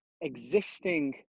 existing